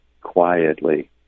quietly